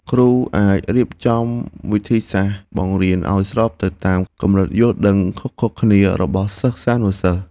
គ្រូអាចរៀបចំវិធីសាស្ត្របង្រៀនឱ្យស្របទៅតាមកម្រិតយល់ដឹងខុសៗគ្នារបស់សិស្សានុសិស្ស។